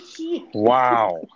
Wow